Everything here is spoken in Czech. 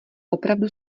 opravdu